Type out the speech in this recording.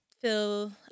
feel